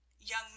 young